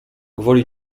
gwoli